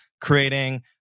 creating